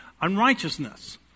unrighteousness